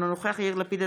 אינו נוכח יאיר לפיד,